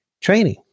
training